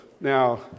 Now